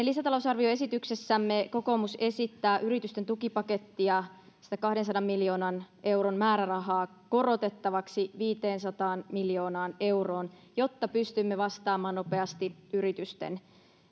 lisätalousarvioesityksessämme kokoomus esittää yritysten tukipakettia sitä kahdensadan miljoonan euron määrärahaa korotettavaksi viiteensataan miljoonaan euroon jotta pystymme vastaamaan nopeasti yritysten